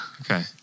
Okay